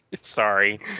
Sorry